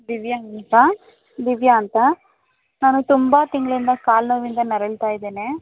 ದಿವ್ಯ ಅಂತ ದಿವ್ಯ ಅಂತ ನಾನು ತುಂಬ ತಿಂಗಳಿಂದ ಕಾಲು ನೋವಿಂದ ನರಳ್ತಾ ಇದ್ದೇನೆ